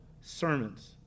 sermons